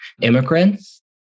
immigrants